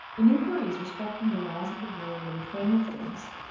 in inquiries respecting the laws of the world and the frame of things,